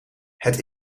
het